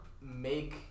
make